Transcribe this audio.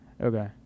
Okay